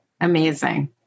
Amazing